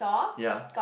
ya